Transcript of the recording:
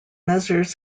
measures